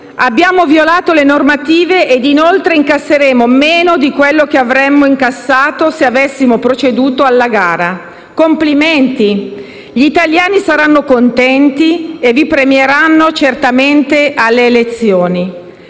Abbiamo violato le normative e, inoltre, incasseremo meno di quello che avremmo incassato se avessimo proceduto alla gara. Complimenti! Gli italiani saranno contenti e vi premieranno certamente alle elezioni.